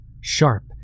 Sharp